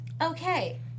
okay